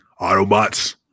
Autobots